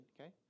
Okay